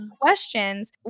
questions